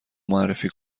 معرفی